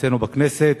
אצלנו בכנסת,